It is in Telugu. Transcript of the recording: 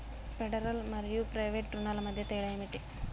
ఫెడరల్ మరియు ప్రైవేట్ రుణాల మధ్య తేడా ఏమిటి?